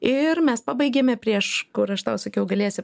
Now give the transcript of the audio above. ir mes pabaigėme prieš kur aš tau sakiau galėsi